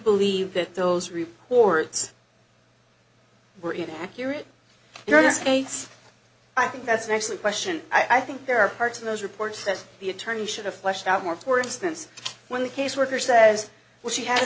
believe that those reports were inaccurate you know to states i think that's an excellent question i think there are parts of those reports that the attorney should have fleshed out more for instance when the caseworker says well she had